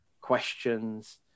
questions